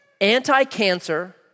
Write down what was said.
anti-cancer